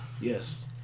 Yes